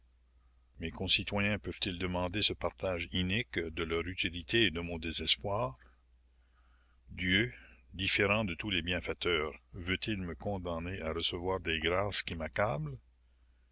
mes concitoyens peuvent-ils demander ce partage inique de leur utilité et de mon désespoir dieu différent de tous les bienfaiteurs veut-il me condamner à recevoir des grâces qui m'accablent